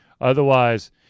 Otherwise